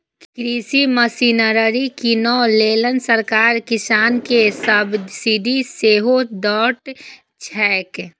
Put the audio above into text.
कृषि मशीनरी कीनै लेल सरकार किसान कें सब्सिडी सेहो दैत छैक